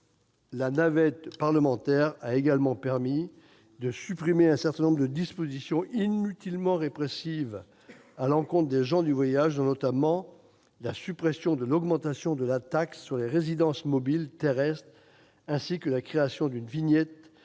La navette parlementaire a également permis de supprimer un certain nombre de dispositions inutilement répressives à l'encontre des gens du voyage : l'augmentation de la taxe sur les résidences mobiles terrestres, ainsi que la création d'une vignette délivrée